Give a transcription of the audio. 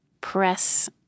press